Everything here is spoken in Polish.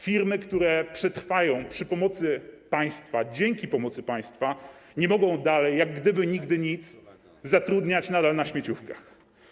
Firmy, które przetrwają przy pomocy państwa, dzięki pomocy państwa, nie mogą jak gdyby nigdy nic zatrudniać nadal na śmieciówkach.